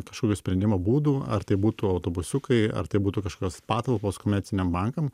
kažkokių sprendimo būdų ar tai būtų autobusiukai ar tai būtų kažkokios patalpos komerciniam bankam